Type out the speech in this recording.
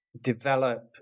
develop